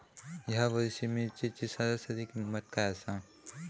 या वर्षात मिरचीची सरासरी किंमत काय आसा?